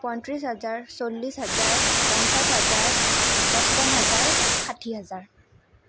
পঁয়ত্ৰিছ হাজাৰ চল্লিছ হাজাৰ পঞ্চাছ হাজাৰ পঁচপন হাজাৰ ষাঠি হাজাৰ